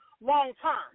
long-term